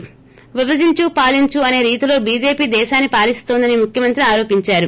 విభజించు పాలించు అనే రీతిలో చీజేపీ దేశాన్ని పాలిస్తోందని ముఖ్యమంత్రి ఆరోపిందారు